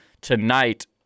tonight